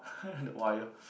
the wire